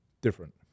different